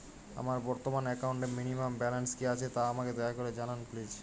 আমার বর্তমান একাউন্টে মিনিমাম ব্যালেন্স কী আছে তা আমাকে দয়া করে জানান প্লিজ